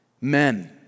Men